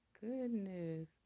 goodness